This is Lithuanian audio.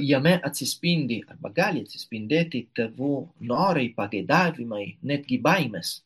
jame atsispindi arba gali atsispindėti tėvų norai pageidavimai netgi baimės